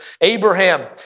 Abraham